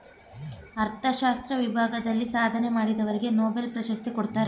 ಅರ್ಥಶಾಸ್ತ್ರ ವಿಭಾಗದಲ್ಲಿ ಸಾಧನೆ ಮಾಡಿದವರಿಗೆ ನೊಬೆಲ್ ಪ್ರಶಸ್ತಿ ಕೊಡ್ತಾರೆ